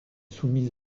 soumis